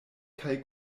kaj